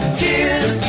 tears